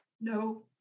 no